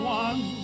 one